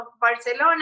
Barcelona